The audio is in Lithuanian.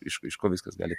iš iš ko viskas gali